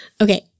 Okay